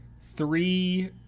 three